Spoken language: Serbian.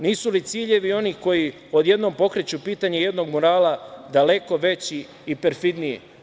Nisu li ciljevi onih koji odjednom pokreću pitanje jednog murala daleko veći i perfidniji?